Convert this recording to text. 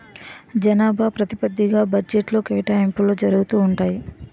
జనాభా ప్రాతిపదిగ్గా బడ్జెట్లో కేటాయింపులు జరుగుతూ ఉంటాయి